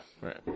right